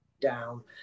down